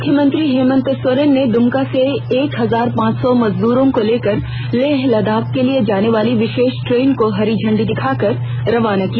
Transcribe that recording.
मुख्यमंत्री हेमंत सोरेन ने दुमका से एक हजार पांच सौ मजदूरों को लेकर लेह लद्दाख के लिए जाने वाली विशेष ट्रेन को हरी झंडी दिखाकर रवाना किया